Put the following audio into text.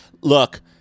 Look